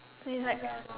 so it's like